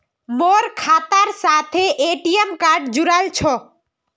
मोर खातार साथे ए.टी.एम कार्ड जुड़ाल छह